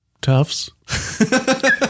Tufts